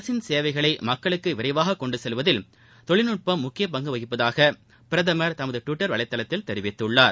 அரசின் சேவைகளை மக்களுக்கு விரைவாக கொண்டு செல்வதில் தொழில்நுட்பம் முக்கிய பங்கு வகிப்பதாக பிரதமர் தமது டுவிட்டர் வலைதளத்தில் தெரிவித்துள்ளார்